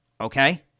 Okay